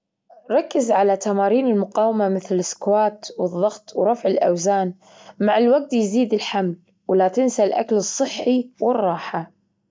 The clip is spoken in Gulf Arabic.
ركز على تمارين المقاومة مثل السكوات، والظغط، ورفع الأوزان، مع الوقت يزيد الحمل، ولا تنسى الأكل الصحي والراحة.